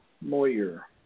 Moyer